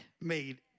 made